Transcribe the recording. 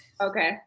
Okay